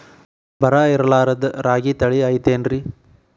ಬರ ಇರಲಾರದ್ ರಾಗಿ ತಳಿ ಐತೇನ್ರಿ?